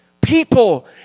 People